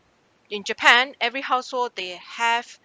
in japan every household they have